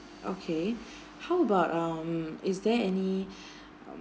okay how about um is there any